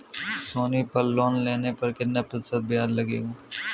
सोनी पल लोन लेने पर कितने प्रतिशत ब्याज लगेगा?